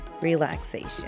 relaxation